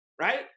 right